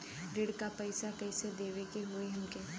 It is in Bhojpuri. ऋण का पैसा कइसे देवे के होई हमके?